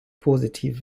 positiv